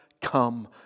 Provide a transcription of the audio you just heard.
come